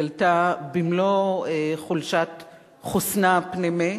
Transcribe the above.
התגלתה במלוא חולשת חוסנה הפנימי,